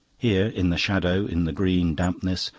here, in the shadow, in the green dampness,